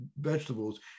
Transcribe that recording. vegetables